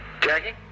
Jackie